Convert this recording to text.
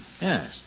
Yes